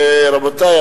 רבותי,